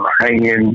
hanging